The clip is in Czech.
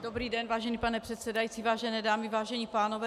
Dobrý den, vážený pane předsedající, vážené dámy, vážení pánové.